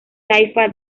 taifa